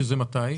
שזה מתי?